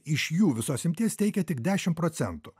iš jų visos imties teikia tik dešim procentų